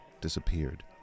disappeared